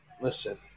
Listen